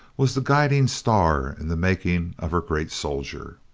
was the guiding star in the making of her great soldier.